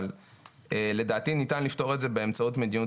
אבל לדעתי ניתן לפתור את זה באמצעות מדיניות